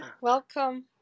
welcome